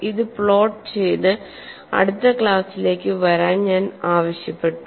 ഇത് പ്ലോട്ട് ചെയ്ത് അടുത്ത ക്ലാസിലേക്ക് വരാൻ ഞാൻ ആവശ്യപ്പെട്ടു